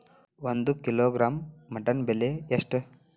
ಒಂದು kilogram mutton ಬೆಲೆ ಎಷ್ಟ್?